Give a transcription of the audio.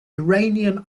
iranian